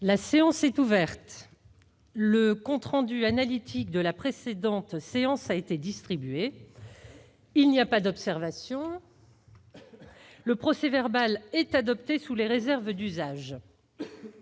La séance est ouverte.. Le compte rendu analytique de la précédente séance a été distribué. Il n'y a pas d'observation ?... Le procès-verbal est adopté sous les réserves d'usage.